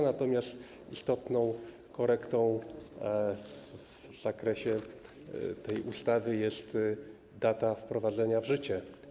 Natomiast istotną korektą w zakresie tej ustawy jest data wprowadzenia jej w życie.